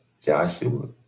Joshua